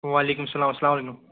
وعلیکُم سَلام اسلام علیکُم